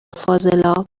فاضلاب